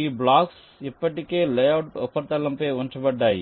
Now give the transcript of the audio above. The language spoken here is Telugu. ఈ బ్లాక్స్ ఇప్పటికే లేఅవుట్ ఉపరితలంపై ఉంచబడ్డాయి